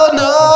no